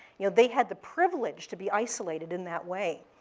you know they had the privilege to be isolated in that way.